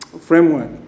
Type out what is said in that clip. framework